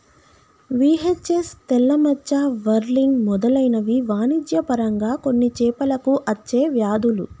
VHS, తెల్ల మచ్చ, whirling మెదలైనవి వాణిజ్య పరంగా కొన్ని చేపలకు అచ్చే వ్యాధులు